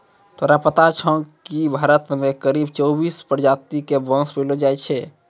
तोरा पता छौं कि भारत मॅ करीब चौबीस प्रजाति के बांस पैलो जाय छै